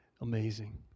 amazing